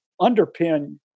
underpin